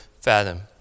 fathom